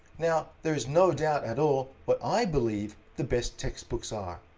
now, there is no doubt at all what i believe the best textbooks are.